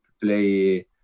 play